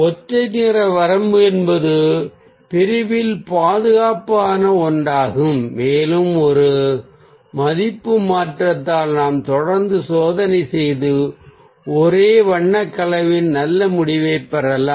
ஒற்றை நிற வரம்பு என்பது பிரிவில் பாதுகாப்பான ஒன்றாகும் மேலும் ஒரு மதிப்பு மாற்றத்தால் நாம் தொடர்ந்து சோதனை செய்து ஒரே வண்ண கலவையில் நல்ல முடிவைப் பெறலாம்